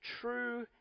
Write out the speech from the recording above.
True